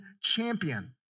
champion